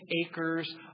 acres